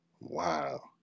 wow